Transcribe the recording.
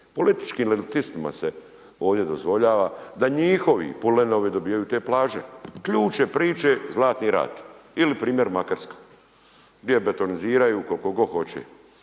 Političkim elitistima se ovdje dozvoljava da njihovi pulenovi dobivaju te plaže, ključ je priče Zlatni rat ili primjer Makarska gdje betoniziraju koliko god hoće.